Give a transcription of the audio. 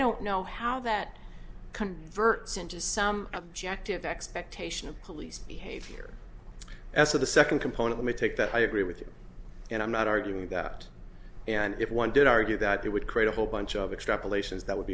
don't know how that converts into some objective expectation of police behavior as of the second component may take that i agree with you and i'm not arguing that and if one did argue that it would create a whole bunch of extrapolations that would